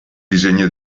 disegno